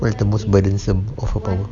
what the most burdensome of her power